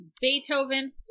Beethoven